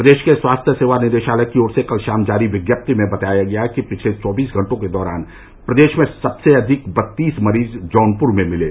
प्रदेश के स्वास्थ्य सेवा निदेशालय की ओर से कल शाम जारी विज्ञप्ति में बताया गया कि पिछले चौबीस घंटों के दौरान प्रदेश में सबसे अधिक बत्तीस मरीज जौनपुर जिले में मिले